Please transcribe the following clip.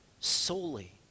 solely